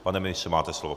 Pane ministře, máte slovo.